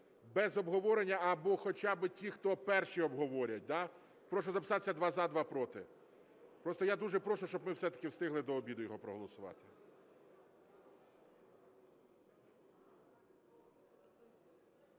без обговорення або хоча б ті, хто перші обговорять. Прошу записатися: два – за, два – проти. Просто я дуже прошу, щоб ми все-таки встигли до обіду його проголосувати.